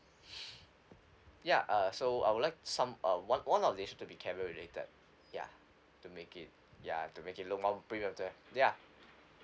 ya uh so I would like some uh one one of the dishes to be caviar related ya to make it ya to make it look more presentable ya